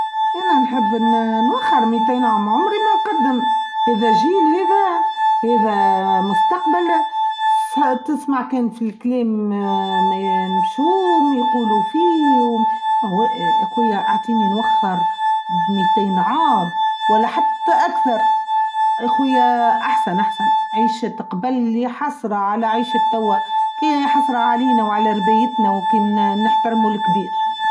أنا نحب نوخر مئتين عمري ما نقدم إذا چيل هاذا إذا مستقبل سا تسمع كان في الكلام ماا يمشوم ويقولو فيه و يا أخويا عطيني نوخر ميتين عام ولا حتى أكثرأخويا أحسن أحسن عيش تقبل يا حسره على عيشه توا كا ياحسره علينا و على ربايتنا و كينا نحترمو الكبير.